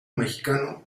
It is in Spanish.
mexicano